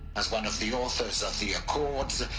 as one of the authors of the accords.